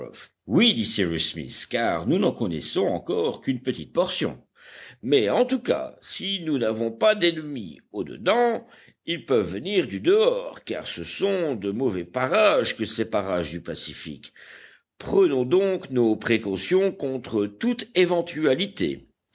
smith car nous n'en connaissons encore qu'une petite portion mais en tout cas si nous n'avons pas d'ennemis au dedans ils peuvent venir du dehors car ce sont de mauvais parages que ces parages du pacifique prenons donc nos précautions contre toute éventualité